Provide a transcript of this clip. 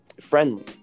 friendly